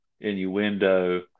Innuendo